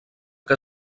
que